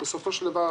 בסופו של דבר,